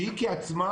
שהיא עצמה,